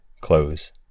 close